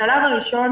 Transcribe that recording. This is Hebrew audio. השלב הראשון